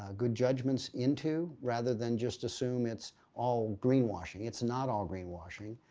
ah good judgments into rather than just assume it's all greenwashing. it's not all greenwashing.